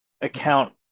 account